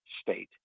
state